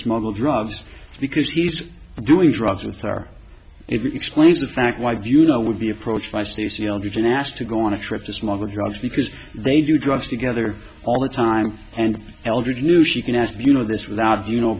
smuggle drugs because he's doing drugs and so are it explains the fact wife you know would be approached by stacy eldridge and asked to go on a trip to smuggle drugs because they do drugs together all the time and eldridge knew she can ask you know this without you know